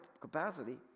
capacity